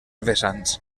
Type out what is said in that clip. vessants